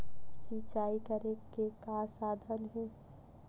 सिंचाई करे के का साधन हे?